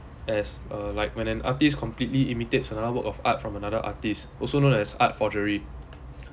as uh like when an artist completely imitates another work of art from another artist also known as art forgery